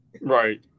Right